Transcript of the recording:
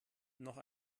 noch